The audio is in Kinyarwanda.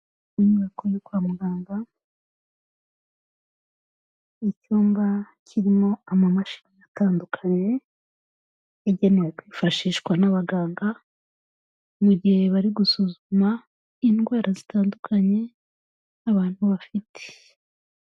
Inyubako yo kwa muganga, Icyumba kirimo amamashini atandukanye yagenewe kwifashishwa n'abaganga mu gihe bari gusuzuma indwara zitandukanye abantu bafite.